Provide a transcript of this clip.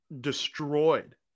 destroyed